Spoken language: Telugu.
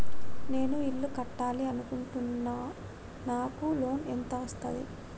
నేను ఇల్లు కట్టాలి అనుకుంటున్నా? నాకు లోన్ ఎంత వస్తది?